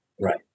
Right